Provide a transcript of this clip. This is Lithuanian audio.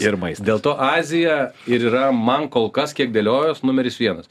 ir maistas dėl to azija ir yra man kol kas kiek dėliojuos numeris vienas